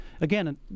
Again